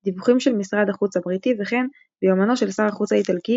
דיווחים של משרד החוץ הבריטי וכן ביומנו של שר החוץ האיטלקי,